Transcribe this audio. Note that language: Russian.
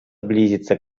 близится